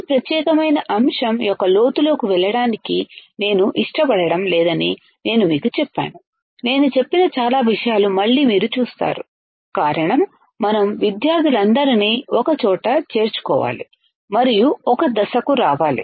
ఈ ప్రత్యేకమైన అంశం యొక్క లోతులోకి వెళ్ళడానికి నేను ఇష్టపడటం లేదని నేను మీకు చెప్పాను నేను చెప్పిన చాలా విషయాలు మళ్ళీ మీరు చూస్తారు కారణం మనం విద్యార్థులందరినీ ఒకచోట చేర్చుకోవాలి మరియు ఒక దశకు రావాలి